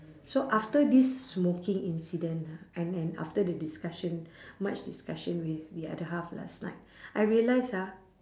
so after this smoking incident ah and and after the discussion much discussion with the other half last night I realise ah